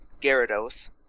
Gyarados